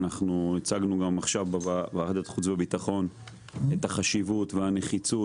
אנחנו הצגנו גם עכשיו בוועדת חוץ וביטחון את החשיבות והנחיצות